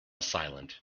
silent